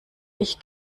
ich